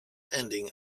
ending